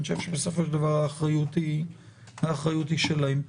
אני חושב שבסופו של דבר, האחריות היא שלהם.